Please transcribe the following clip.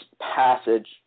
passage